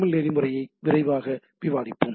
L நெறிமுறையை விரைவாக விவாதிப்போம்